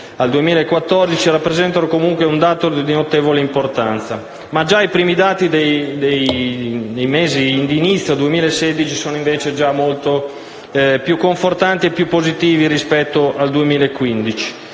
al 2014, rappresentano comunque un dato di notevole importanza. Ma già i primi dati dell'inizio del 2016 sono molto più confortanti e positivi rispetto al 2015.